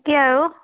বাকী আৰু